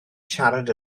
siarad